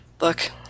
Look